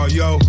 yo